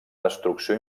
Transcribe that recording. destrucció